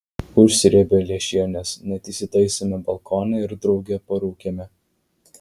užsrėbę lęšienės net įsitaisėme balkone ir drauge parūkėme